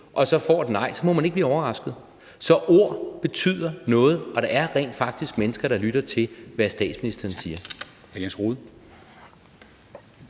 og så får et nej, så må man ikke blive overrasket. Så ord betyder noget, og der er rent faktisk mennesker, der lytter til, hvad statsministeren siger.